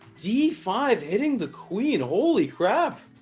d five hitting the queen holy crap